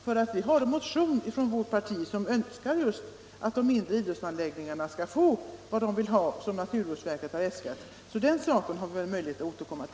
Vårt parti har också en motion med önskemål om att de mindre idrottsanläggningarna skall få vad som äskats av naturvårdsverket.